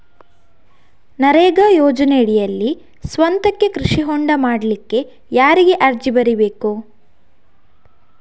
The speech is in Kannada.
ನರೇಗಾ ಯೋಜನೆಯಡಿಯಲ್ಲಿ ಸ್ವಂತಕ್ಕೆ ಕೃಷಿ ಹೊಂಡ ಮಾಡ್ಲಿಕ್ಕೆ ಯಾರಿಗೆ ಅರ್ಜಿ ಬರಿಬೇಕು?